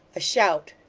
a shout!